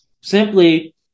simply